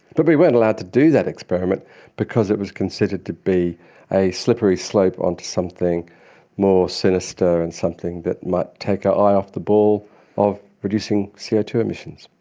but we weren't allowed to do that experiment because it was considered to be a slippery slope onto something more sinister and something that might take our eye off the ball of reducing c o two emissions.